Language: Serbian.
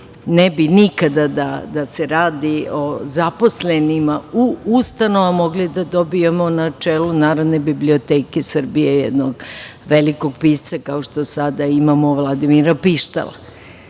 ne bi nikada da se radi o zaposlenima u ustanovama mogli da dobijemo na čelu Narodne biblioteke Srbije jednog velikog pisca kao što sada imamo Vladimira Pištala